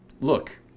look –